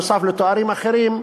נוסף על תארים אחרים,